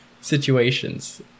situations